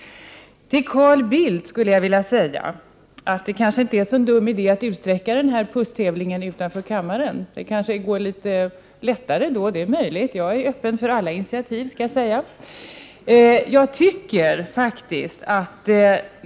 Till Carl Bildt skulle jag vilja säga att det kanske inte är en dum idé att utsträcka den där pusstävlingen utanför kammaren. Det är möjligt att det går litet lättare då. Jag är öppen för alla initiativ.